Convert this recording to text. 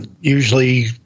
usually